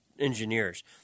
engineers